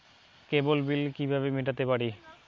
কেবল bill কিভাবে মেটাতে পারি?